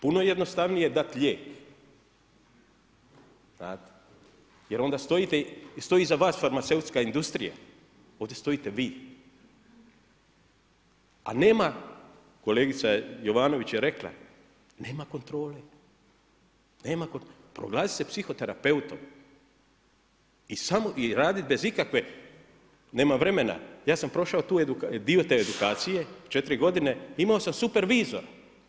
Puno je jednostavnije dati lijek jer onda stoji iza vas farmaceutska industrija, ovdje stojite vi a nema, kolegica Jovanović je rekla, nema kontrole, proglasiti se psihoterapeutom i raditi bez ikakve, nema vremena, ja sam prošao dio te edukacije, 4 godine, imao sam supervizora.